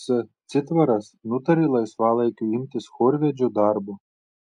s citvaras nutarė laisvalaikiu imtis chorvedžio darbo